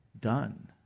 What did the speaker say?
done